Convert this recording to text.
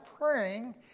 praying